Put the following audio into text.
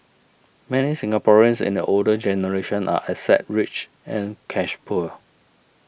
many Singaporeans in the older generation are asset rich and cash poor